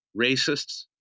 racists